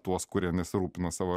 tuos kurie nesirūpina savo